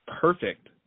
perfect